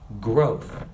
growth